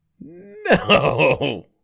No